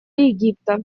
египта